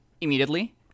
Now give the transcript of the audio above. Immediately